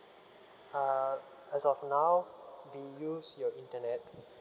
uh as of now we use your internet